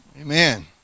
amen